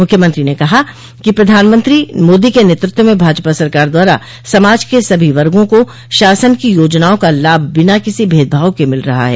मुख्यमंत्री ने कहा कि प्रधानमंत्री मोदी के नेतृत्व में भाजपा सरकार द्वारा समाज के सभी वर्गो को शासन की योजनाओं का लाभ बिना किसी भेदभाव के मिल रहा है